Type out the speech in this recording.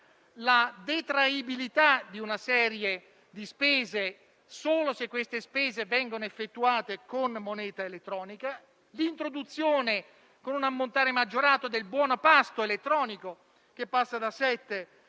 la detraibilità di una serie di spese, solo se esse vengono effettuate con moneta elettronica, l'introduzione con un ammontare maggiorato del buono pasto elettronico, che passa da 7